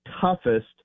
toughest